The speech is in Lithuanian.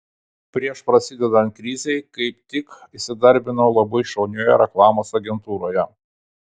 prieš prasidedant krizei kaip tik įsidarbinau labai šaunioje reklamos agentūroje